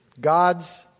God's